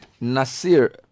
Nasir